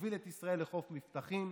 שתוביל את ישראל לחוף מבטחים,